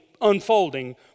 unfolding